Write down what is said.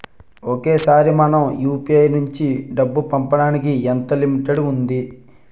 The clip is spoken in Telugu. ఒకేసారి మనం యు.పి.ఐ నుంచి డబ్బు పంపడానికి ఎంత లిమిట్ ఉంటుంది?